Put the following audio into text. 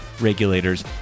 regulators